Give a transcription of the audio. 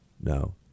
No